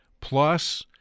plus